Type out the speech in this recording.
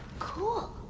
cool.